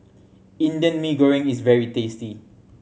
Indian Mee Goreng is very tasty